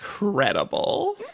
incredible